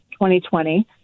2020